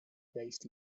based